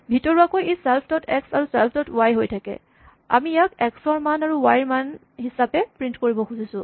ভিতৰুৱাকৈ ই self dot X আৰু ছেল্ফ ডট ৱাই হৈ থাকে আমি ইয়াক এক্স ৰ মান আৰু ৱাই ৰ মান হিচাপে প্ৰিন্ট কৰিব খুজিছোঁ